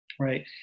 right